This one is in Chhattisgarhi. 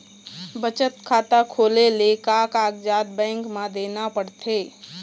बचत खाता खोले ले का कागजात बैंक म देना पड़थे?